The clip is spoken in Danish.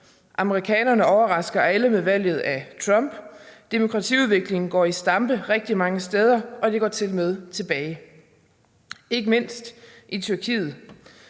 amerikanerne overrasker alle med valget af Trump, demokratiudviklingen går i stampe rigtig mange steder, og den går tilmed tilbage – ikke mindst i Tyrkiet,